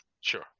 sure